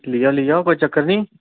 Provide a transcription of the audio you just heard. ली आओ ली आओ कोई चक्कर नी